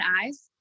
eyes